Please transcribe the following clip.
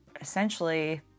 essentially